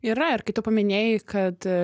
yra ir kai tu paminėjai kad